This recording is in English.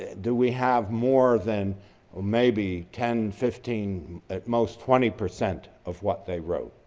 do we have more than maybe ten, fifteen at most twenty percent of what they wrote?